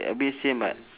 a bit same but